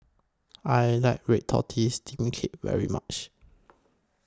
I like Red Tortoise Steamed Cake very much